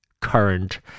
current